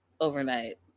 overnight